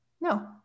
No